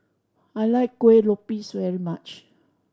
I like Kuih Lopes very much